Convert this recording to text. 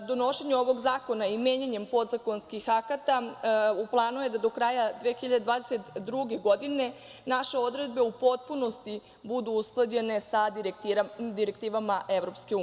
Donošenje ovog zakona i menjanjem podzakonskih akata, u planu je da do kraja 2022. godine naše odredbe u potpunosti budu usklađene sa direktivama EU.